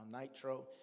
Nitro